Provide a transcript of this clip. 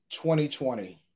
2020